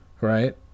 right